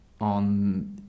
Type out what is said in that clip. on